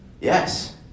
Yes